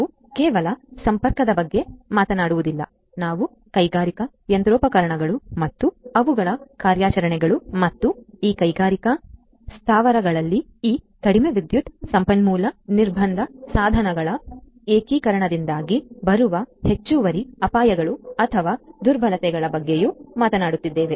ನಾವು ಕೇವಲ ಸಂಪರ್ಕದ ಬಗ್ಗೆ ಮಾತನಾಡುವುದಿಲ್ಲ ನಾವು ಕೈಗಾರಿಕಾ ಯಂತ್ರೋಪಕರಣಗಳು ಮತ್ತು ಅವುಗಳ ಕಾರ್ಯಾಚರಣೆಗಳು ಮತ್ತು ಈ ಕೈಗಾರಿಕಾ ಸ್ಥಾವರಗಳಲ್ಲಿ ಈ ಕಡಿಮೆ ವಿದ್ಯುತ್ ಸಂಪನ್ಮೂಲ ನಿರ್ಬಂಧ ಸಾಧನಗಳ ಏಕೀಕರಣದಿಂದಾಗಿ ಬರುವ ಹೆಚ್ಚುವರಿ ಅಪಾಯಗಳು ಅಥವಾ ದುರ್ಬಲತೆಗಳ ಬಗ್ಗೆಯೂ ಮಾತನಾಡುತ್ತಿದ್ದೇವೆ